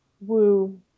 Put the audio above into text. Woo